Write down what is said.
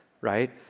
right